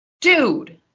dude